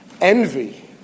envy